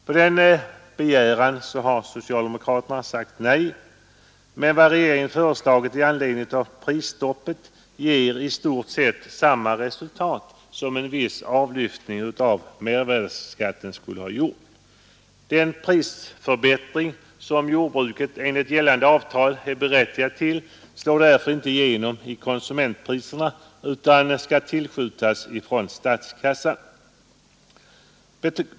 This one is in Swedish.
På den begäran har socialdemokraterna sagt nej, men vad regeringen föreslagit i anledning av prisstoppet ger i stort sett samma resultat som en viss avlyftning av mervärdeskatten skulle ha gjort. Den prisförbättring som jordbruket enligt gällande avtal är berättigat till slår därför inte igenom i konsumentpriserna utan skall tillskjutas från statskassan.